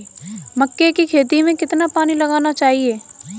मक्के की खेती में कितना पानी लगाना चाहिए?